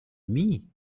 demie